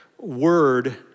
word